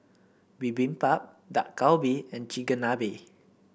Bibimbap Dak Galbi and Chigenabe